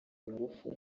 ingufu